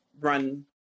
run